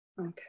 Okay